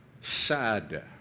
sad